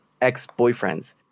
ex-boyfriends